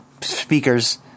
speaker's